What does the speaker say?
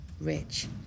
rich